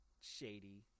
shady